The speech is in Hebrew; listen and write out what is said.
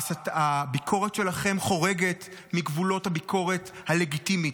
הביקורת שלכם חורגת מגבולות הביקורת הלגיטימית.